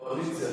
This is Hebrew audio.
תהיה בקואליציה.